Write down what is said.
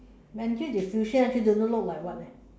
actually don't know look like what leh